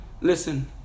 Listen